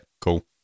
cool